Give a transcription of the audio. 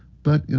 but,